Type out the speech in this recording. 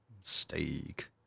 Steak